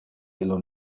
illo